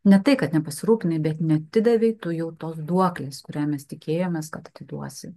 ne tai kad nepasirūpinai bet neatidavei tu jau tos duoklės kurią mes tikėjomės kad atiduosi